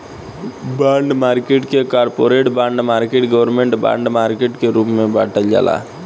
bond market के corporate bond market government bond market के रूप में बॉटल जाला